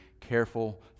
careful